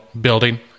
building